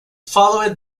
followed